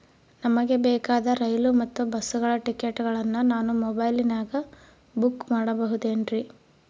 ನಮಗೆ ಬೇಕಾದ ರೈಲು ಮತ್ತ ಬಸ್ಸುಗಳ ಟಿಕೆಟುಗಳನ್ನ ನಾನು ಮೊಬೈಲಿನಾಗ ಬುಕ್ ಮಾಡಬಹುದೇನ್ರಿ?